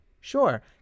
Sure